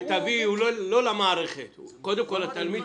שה"מיטבי" הוא לא למערכת, הוא קודם כל לתלמיד.